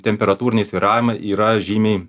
temperatūriniai svyravimai yra žymiai